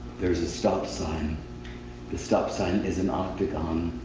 there is a stop-sign the stop sign is an octagon.